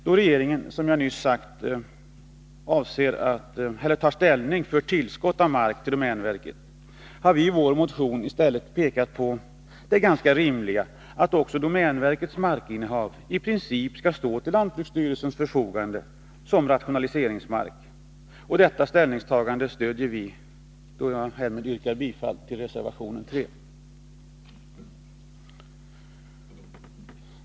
Då regeringen, som jag nyss sade, tar ställning för ett tillskott av mark till domänverket, har vi i vår motion pekat på det rimliga i att också domänverkets markinnehav i princip skall stå till lantbruksstyrelsens förfogande som rationaliseringsmark. Detta ställningstagande har vi följt upp i reservationen 3, som jag härmed yrkar bifall till.